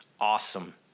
awesome